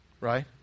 right